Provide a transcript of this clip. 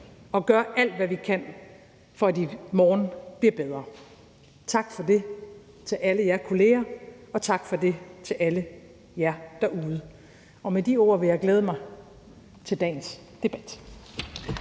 og gør alt, hvad vi kan, for at i morgen bliver bedre. Tak for det til alle jer kolleger, og tak for det til alle jer derude, og med de ord vil jeg glæde mig til dagens debat.